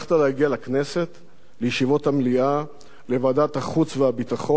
לישיבות המליאה ולוועדת החוץ והביטחון ולישיבות הסיעה.